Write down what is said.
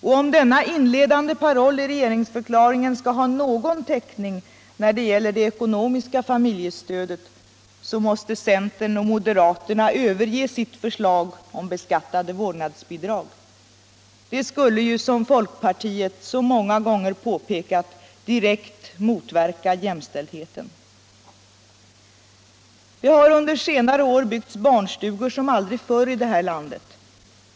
Och om denna inledande paroll i regeringsförklaringen skall ha någon täckning när det gäller det ekonomiska familjestödet så måste centern och moderaterna överge sitt förslag om beskattade vårdnadsbidrag. Det skulle ju, som fotkpartiet så många gånger påpekat, direkt motverka jämställdheten. Det har under senare år byggts barnstugor som aldrig förr i det här landet.